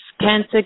cancer